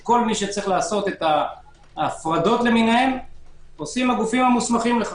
כל מי שצריך לעשות את ההפרדות למיניהן עושים הגופים המוסמכים לכך.